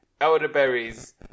Elderberries